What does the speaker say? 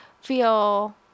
feel